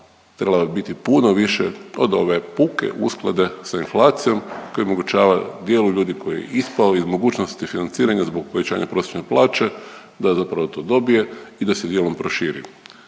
trebala biti puno više od ove puke usklade sa inflacijom koja omogućava dijelu ljudi koji je ispao iz mogućnosti financiranja zbog povećanja prosječne plaće da zapravo to dobije i da se dijelom proširi.